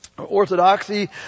Orthodoxy